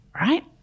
right